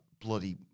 bloody